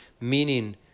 meaning